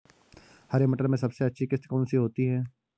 हरे मटर में सबसे अच्छी किश्त कौन सी होती है?